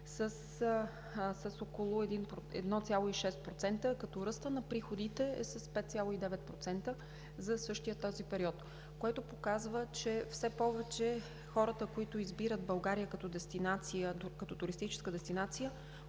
с около 1,6%, като ръстът на приходите е с 5,9% за същия този период, което показва, че все повече хората, които избират България като туристическа дестинация,